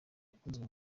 akunzwe